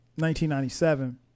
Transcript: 1997